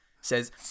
says